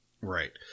Right